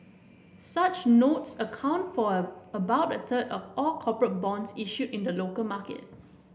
such notes account for about a third of all corporate bonds issued in the local market